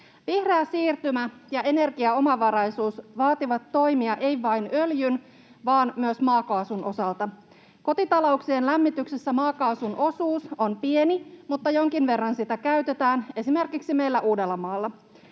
Vihreä siirtymä ja energiaomavaraisuus vaativat toimia, eivät vain öljyn vaan myös maakaasun osalta. Kotitalouksien lämmityksessä maakaasun osuus on pieni, mutta jonkin verran sitä käytetään esimerkiksi meillä Uudellamaalla.